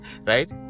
right